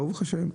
ברוך השם.